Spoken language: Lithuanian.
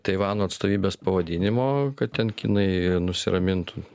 taivano atstovybės pavadinimo kad ten kinai nusiramintų